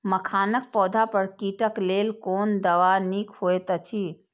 मखानक पौधा पर कीटक लेल कोन दवा निक होयत अछि?